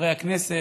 חברי הכנסת,